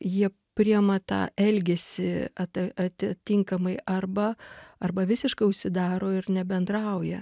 jie priima tą elgesį ata atitinkamai arba arba visiškai užsidaro ir nebendrauja